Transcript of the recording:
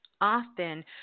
Often